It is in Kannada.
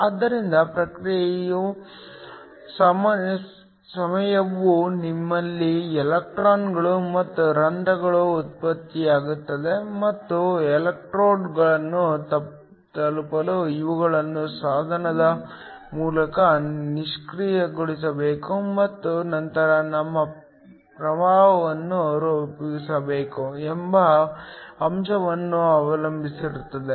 ಆದ್ದರಿಂದ ಪ್ರತಿಕ್ರಿಯೆಯ ಸಮಯವು ನಿಮ್ಮಲ್ಲಿ ಎಲೆಕ್ಟ್ರಾನ್ಗಳು ಮತ್ತು ರಂಧ್ರಗಳು ಉತ್ಪತ್ತಿಯಾಗುತ್ತವೆ ಮತ್ತು ಎಲೆಕ್ಟ್ರೋಡ್ಗಳನ್ನು ತಲುಪಲು ಇವುಗಳನ್ನು ಸಾಧನದ ಮೂಲಕ ನಿಷ್ಕ್ರಿಯಗೊಳಿಸಬೇಕು ಮತ್ತು ನಂತರ ನಿಮ್ಮ ಪ್ರವಾಹವನ್ನು ರೂಪಿಸಬೇಕು ಎಂಬ ಅಂಶವನ್ನು ಅವಲಂಬಿಸಿರುತ್ತದೆ